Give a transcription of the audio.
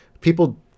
people